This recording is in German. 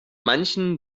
manchen